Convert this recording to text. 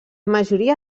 majoria